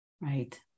right